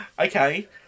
Okay